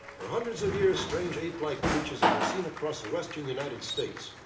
for hundreds of years strange ape-like creatures have been seen across the western united states.